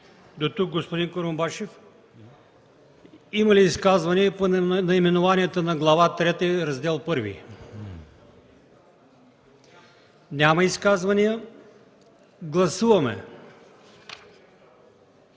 До тук, господин Курумбашев. Има ли изказвания по наименованието на Глава трета и Раздел І? Няма изказвания. Гласуваме